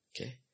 Okay